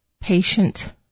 patient